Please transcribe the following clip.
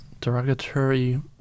derogatory